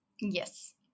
Yes